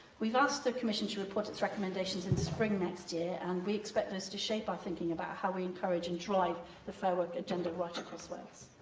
we've asked the commission to report its recommendations in the spring next year, and we expect those to shape our thinking about how we encourage and drive the fair work agenda right across wales.